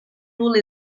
rule